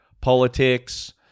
politics